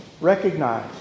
recognize